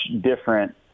different